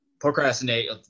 procrastinate